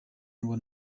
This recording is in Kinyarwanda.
ngo